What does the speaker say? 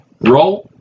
Roll